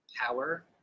power